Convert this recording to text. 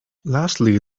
lastly